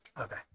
okay